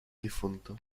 difunto